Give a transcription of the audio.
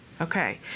okay